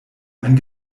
ein